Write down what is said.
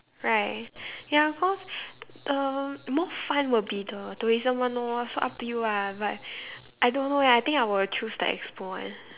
right ya cause uh more fun will be the tourism one lor so up to you ah but I don't know leh I think I will choose the expo one